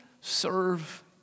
serve